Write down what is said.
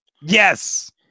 Yes